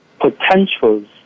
potentials